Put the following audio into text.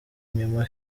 inyuma